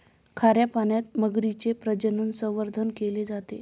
खाऱ्या पाण्यात मगरीचे प्रजनन, संवर्धन केले जाते